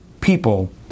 people